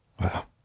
Wow